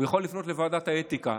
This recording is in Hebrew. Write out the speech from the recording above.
יכול לפנות לוועדת האתיקה.